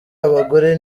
abagore